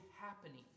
happening